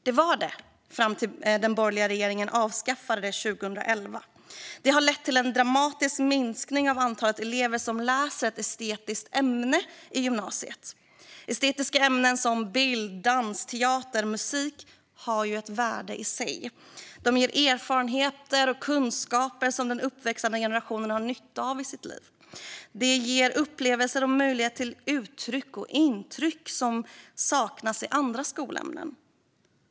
Det var det fram till att den borgerliga regeringen avskaffade det 2011, vilket har lett till en dramatisk minskning av antalet elever som läser ett estetiskt ämne i gymnasiet. Estetiska ämnen som bild, dans, teater och musik har ett värde i sig. De ger erfarenheter och kunskaper som den uppväxande generationen har nytta av i sina liv. Det ger upplevelser och möjlighet till uttryck och intryck som saknas i andra skolämnen.